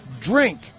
drink